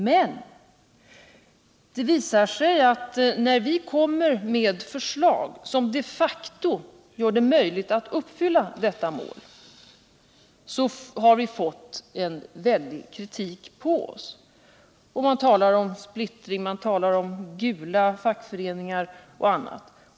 Men det visade sig att när vi kom med ett förslag som de facto gör det möjligt att uppfylla detta mål fick vi mycket kritik på oss. Man talar om splittring, om gula fackföreningar och annat.